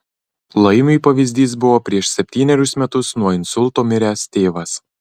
laimiui pavyzdys buvo prieš septynerius metus nuo insulto miręs tėvas